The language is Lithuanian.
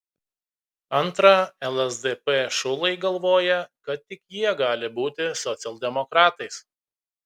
antra lsdp šulai galvoja kad tik jie gali būti socialdemokratais